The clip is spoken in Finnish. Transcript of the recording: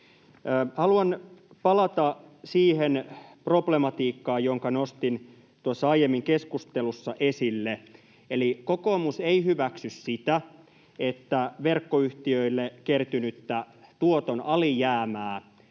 Haluan palata siihen problematiikkaan, jonka nostin tuossa aiemmin keskustelussa esille. Eli kokoomus ei hyväksy sitä, että verkkoyhtiöille kertynyttä tuoton alijäämää